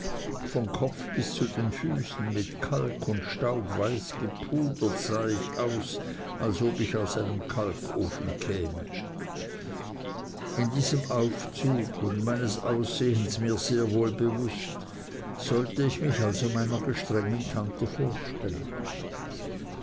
von kopf bis zu den füßen mit kalk und staub weiß gepudert sah ich aus als ob ich aus einem kalkofen käme in diesem aufzug und meines aussehens mir sehr wohl bewußt sollte ich mich also meiner gestrengen tante vorstellen